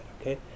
okay